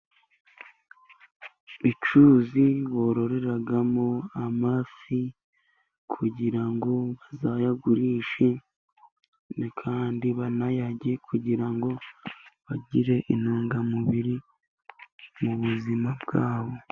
Icyuzi bororeramo amafi, kugira ngo bazayagurishe kandi banayarye, kugira ngo bagire intungamubiri mu buzima bwa bo.